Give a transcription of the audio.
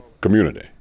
community